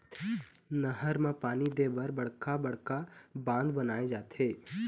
नहर म पानी दे बर बड़का बड़का बांध बनाए जाथे